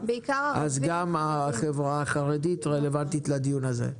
אז גם החברה החרדית רלוונטית לדיון הזה.